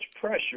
pressure